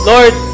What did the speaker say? Lord